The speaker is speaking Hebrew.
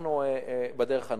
ואנחנו בדרך הנכונה.